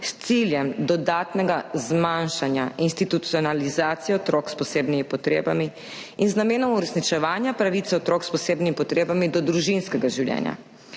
s ciljem dodatnega zmanjšanja institucionalizacije otrok s posebnimi potrebami in z namenom uresničevanja pravice otrok s posebnimi potrebami do družinskega življenja.